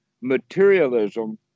materialism